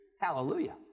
Hallelujah